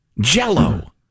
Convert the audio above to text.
Jello